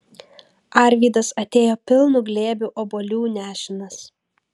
arvydas atėjo pilnu glėbiu obuolių nešinas